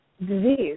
disease